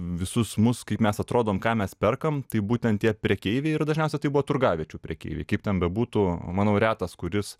visus mus kaip mes atrodom ką mes perkam tai būtent tie prekeiviai ir dažniausiai tai buvo turgaviečių prekeiviai kaip ten bebūtų manau retas kuris